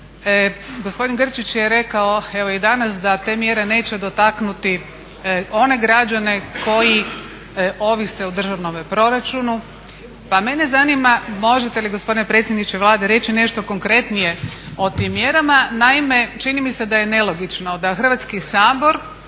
Gospodin Grčić je rekao evo i danas da te mjere neće dotaknuti one građane koji ovise o državnome proračunu, pa mene zanima možete li gospodine predsjedniče Vlade reći nešto konkretnije o tim mjerama? Naime, čini mi se da je nelogično da Hrvatski sabor